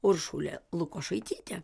uršulė lukošaitytė